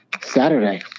Saturday